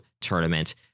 tournament